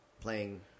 playing